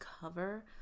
cover